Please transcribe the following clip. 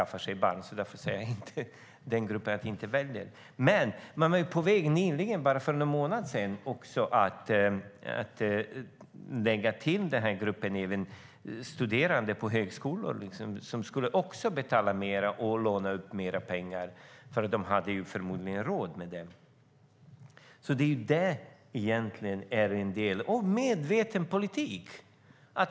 För bara någon månad sedan var man på väg att till gruppen som inte kan välja lägga studerande vid högskolor. De skulle betala mer och låna ut pengar eftersom de tydligen ansågs ha råd med det. Det är en medveten politik.